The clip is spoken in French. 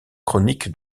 chronique